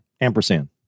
Ampersand